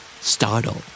Startle